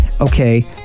okay